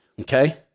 okay